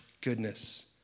goodness